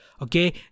okay